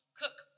cook